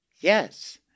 Yes